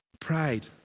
Pride